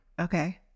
Okay